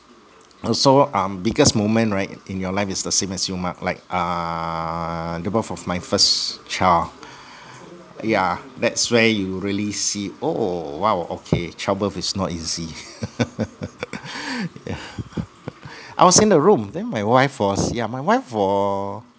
also um biggest moment right in your life is the same as you mark like uh the birth of my first child yeah that's where you really see oh !wow! child birth is not easy I was in the room then my wife was yeah my wife wa~